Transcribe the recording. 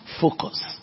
focus